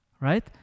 Right